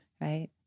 right